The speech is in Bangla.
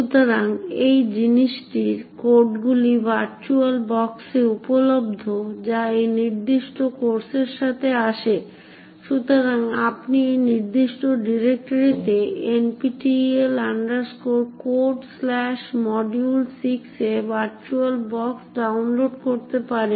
সুতরাং এই জিনিসটির কোডগুলি ভার্চুয়াল বক্সে উপলব্ধ যা এই নির্দিষ্ট কোর্সের সাথে আসে সুতরাং আপনি এই নির্দিষ্ট ডিরেক্টরি NPTEL Codesmodule6 এ ভার্চুয়াল বক্স ডাউনলোড করতে পারেন